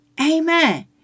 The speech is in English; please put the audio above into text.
Amen